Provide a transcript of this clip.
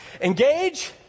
Engage